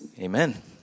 Amen